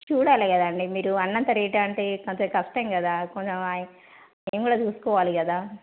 చూడాలి గదా అండి మీరు అన్నంత రేట్ అంటే కొంచెం కష్టం కదా కొంచెం అయ్ మేము కూడా చూసుకోవాలి కదా